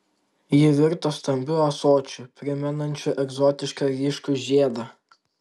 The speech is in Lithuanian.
ji virto stambiu ąsočiu primenančiu egzotišką ryškų žiedą